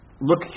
look